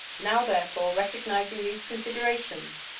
now, therefore, recognizing these considerations,